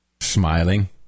smiling